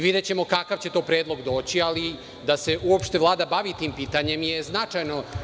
Videćemo kakav će to predlog doći, ali da se uopšte Vlada bavi tim pitanjem je značajno.